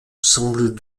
semble